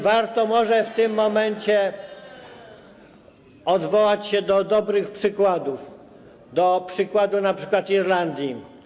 Warto może w tym momencie odwołać się do dobrych przykładów, do przykładu Irlandii.